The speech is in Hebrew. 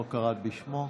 לא קראת בשמו.